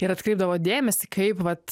ir atkreipdavo dėmesį kaip vat